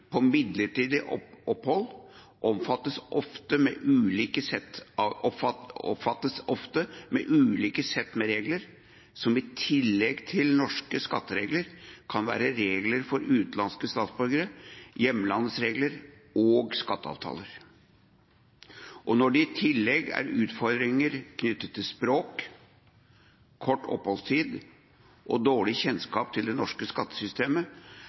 på midlertidig opphold omfattes ofte av ulike sett med regler, som i tillegg til norske skatteregler kan være regler for utenlandske statsborgere, hjemlandets regler og skatteavtaler. Og når det i tillegg er utfordringer knyttet til språk, kort oppholdstid og dårlig kjennskap til det norske skattesystemet,